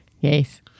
Yes